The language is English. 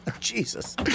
Jesus